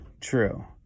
true